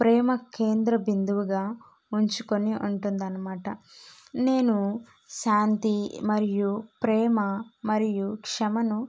ప్రేమ కేంద్ర బిందువుగా ఉంచుకొని ఉంటుంది అన్నమాట నేను శాంతి మరియు ప్రేమ మరియు క్షమను